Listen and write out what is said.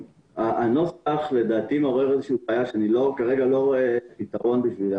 הנוסח לדעתי מעורר בעיה וכרגע אני לא רואה פתרון.